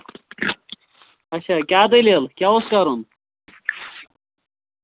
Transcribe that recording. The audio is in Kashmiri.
اَچھا کیٛاہ دٔلیٖل کیٛاہ اوس کَرُن